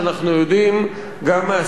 גם מהספרות הכלכלית,